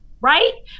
right